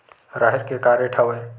राहेर के का रेट हवय?